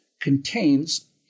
contains